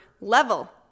level